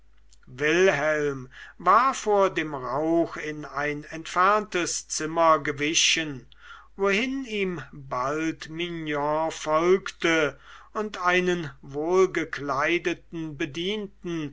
wilhelm war vor dem rauch in ein entferntes zimmer gewichen wohin ihm bald mignon folgte und einen wohl gekleideten bedienten